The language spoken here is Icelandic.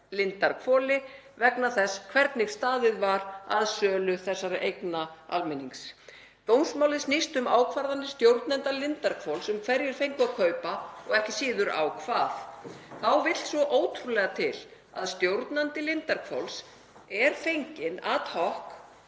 Lindarhvoli vegna þess hvernig staðið var að sölu þessara eigna almennings. Dómsmálið snýst um ákvarðanir stjórnenda Lindarhvols um hverjir fengu að kaupa og ekki síður á hvað. Þá vill svo ótrúlega til að stjórnandi Lindarhvols er fenginn ad hoc